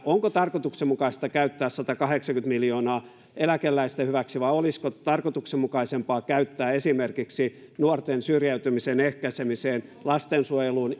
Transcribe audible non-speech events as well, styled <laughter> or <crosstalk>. onko tarkoituksenmukaista käyttää satakahdeksankymmentä miljoonaa eläkeläisten hyväksi vai olisiko tarkoituksenmukaisempaa käyttää esimerkiksi nuorten syrjäytymisen ehkäisemiseen lastensuojeluun <unintelligible>